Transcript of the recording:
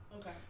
Okay